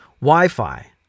wi-fi